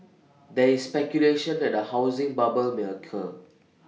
there is speculation that A housing bubble may occur